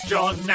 John